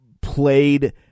played